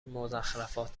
مضخرفات